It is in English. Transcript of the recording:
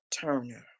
Turner